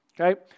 Okay